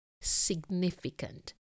significant